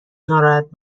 ناراحت